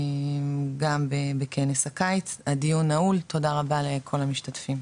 גם בכנס הקיץ, הדיון נעול, תודה רבה לכל המשתתפים.